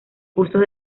cursos